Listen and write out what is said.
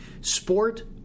Sport